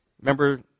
remember